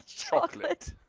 chocolate.